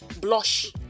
blush